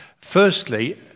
Firstly